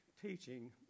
teaching